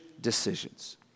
decisions